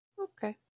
Okay